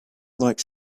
like